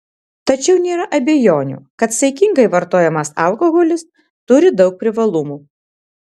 tačiau nėra abejonių kad saikingai vartojamas alkoholis turi daug privalumų